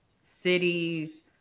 cities